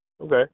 Okay